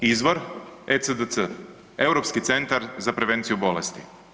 Izvor ECDC Europski centar za prevenciju bolesti.